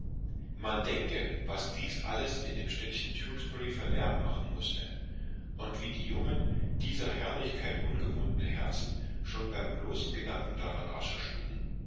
man denke was dies alles im städtchen tewkesbury für lärm machen mußte und wie die jungen dieser herrlichkeit ungewohnten herzen schon beim bloßen herrlichkeit ungewohnten herzen schon beim bloßen gedanken daran rascher schlugen